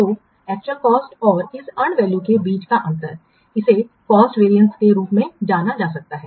तो actual cost और इस अर्नड वैल्यू के बीच का अंतर इसे कॉस्ट वैरियेंस के रूप में जाना जा सकता है